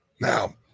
Now